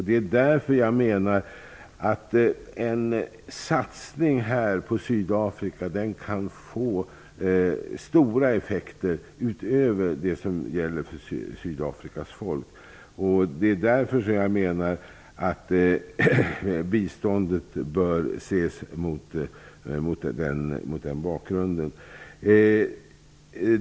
Det är därför jag menar att en satsning på Sydafrika kan få stora effekter utöver de effekter som uppstår för Sydafrikas folk. Biståndet bör ses mot den bakgrunden.